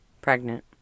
pregnant